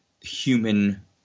human